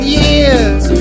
years